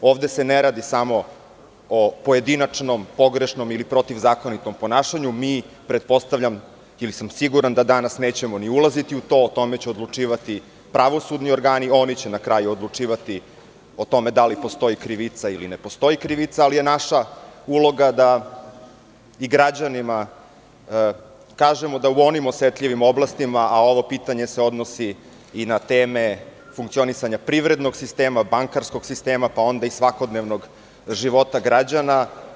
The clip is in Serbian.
Ovde se ne radi samo o pojedinačnom, pogrešnom ili protivzakonitom ponašanju, pretpostavljam ili sam siguran da danas nećemo ni ulaziti u to, o tome će odlučivati pravosudni organi i oni će na kraju odlučivati o tome da li postoji krivica ili ne, ali naša je uloga da i građanima kažemo da u onim osetljivim oblastima, a ovo pitanje se odnosi i na teme funkcionisanja privrednog sistema, bankarskog sistema, pa onda i svakodnevnog života građana.